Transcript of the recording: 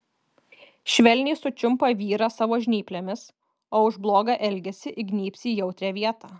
švelniai sučiumpa vyrą savo žnyplėmis o už blogą elgesį įgnybs į jautrią vietą